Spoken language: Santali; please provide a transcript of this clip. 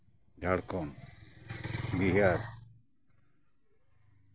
ᱡᱷᱟᱲᱠᱷᱚᱸᱰ ᱵᱤᱦᱟᱨ